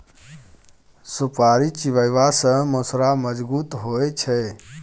सुपारी चिबाबै सँ मसुरा मजगुत होइ छै